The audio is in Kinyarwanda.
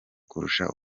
kurusha